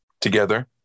together